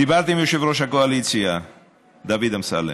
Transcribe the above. דיברתי עם יושב-ראש הקואליציה דוד אמסלם.